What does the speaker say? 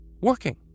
working